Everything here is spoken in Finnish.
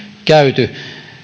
käyty